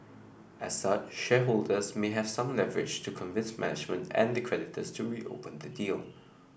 as such shareholders may have some leverage to convince management and the creditors to reopen the deal